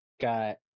got